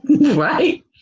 Right